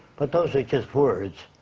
but those are just words.